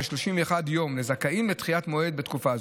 ב-31 ימים, לזכאים לדחיית מועד בתקופה זו.